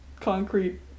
concrete